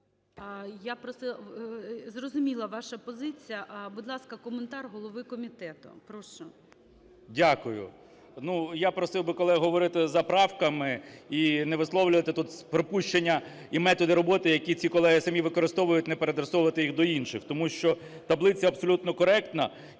Зрозуміла ваша позиція. Будь ласка, коментар голови комітету, прошу. 11:51:09 КНЯЖИЦЬКИЙ М.Л. Дякую. Я просив би колегу говорити за правками і не висловлювати тут припущення і методи роботи, які ці колеги самі використовують, не переадресовувати їх до інших. Тому що таблиця абсолютно коректна,